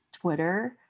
twitter